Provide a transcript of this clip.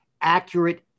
accurate